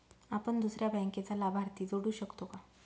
आपण दुसऱ्या बँकेचा लाभार्थी जोडू शकतो का?